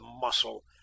muscle